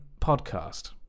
podcast